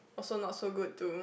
also not so good to